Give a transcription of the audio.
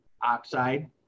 oxide